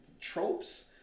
tropes